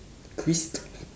Crystal